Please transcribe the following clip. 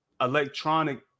electronic